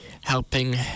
helping